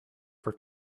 for